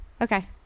okay